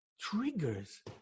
triggers